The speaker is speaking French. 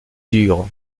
dures